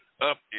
up